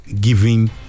giving